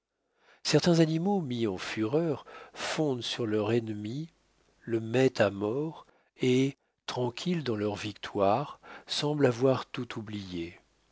certains animaux mis en fureur fondent sur leur ennemi le mettent à mort et tranquilles dans leur victoire semblent avoir tout oublié